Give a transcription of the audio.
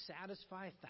satisfy